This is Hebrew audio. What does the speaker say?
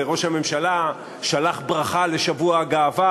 וראש הממשלה שלח ברכה לשבוע הגאווה,